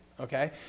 okay